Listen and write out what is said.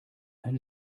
ein